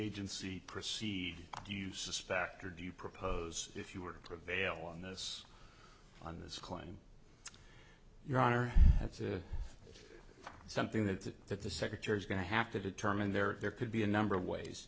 agency proceed do you suspect or do you propose if you were prevail on this on this claim your honor that's a something that that the secretary is going to have to determine there there could be a number of ways